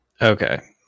Okay